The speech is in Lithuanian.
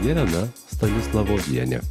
jelena stanislavovienė